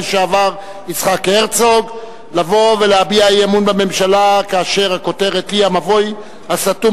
אבל הפריע לי, כי יש איזה גבול